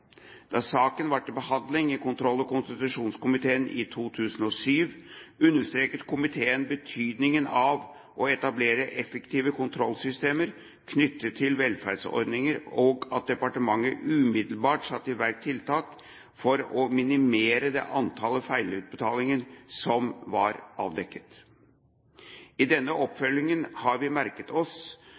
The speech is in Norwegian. Da saken var til behandling i kontroll- og konstitusjonskomiteen i 2007, understreket komiteen betydningen av å etablere effektive kontrollsystemer knyttet til velferdsordningene og at departementet umiddelbart satte i verk tiltak for å minimere det antallet feilutbetalinger som var avdekket. I denne oppfølgingen har vi merket oss